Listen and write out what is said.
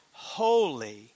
Holy